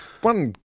one